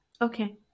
Okay